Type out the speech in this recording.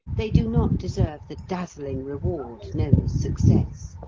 they do not deserve the dazzling reward known as success.